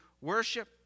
worship